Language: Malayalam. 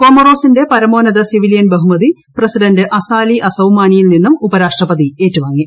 കോമറോസിന്റെ പരമോന്നത സിവിലിയൻ ബഹുമതി പ്രസിഡന്റ് അസാലി അസൌമാനിയിൽ നിന്നും ഉപരാഷ്ട്രപതി ഏറ്റുവാങ്ങി